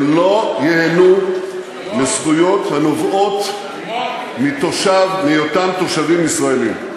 הם לא ייהנו מזכויות הנובעות מהיותם תושבים ישראלים.